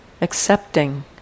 accepting